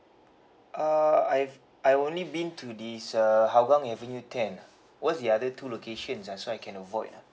uh I've I only been to this uh hougang avenue ten lah what's the other two locations ah so I can avoid lah